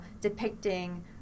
depicting